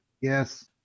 yes